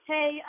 Hey